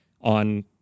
on